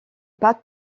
pas